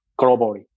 globally